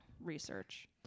research